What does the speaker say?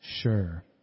sure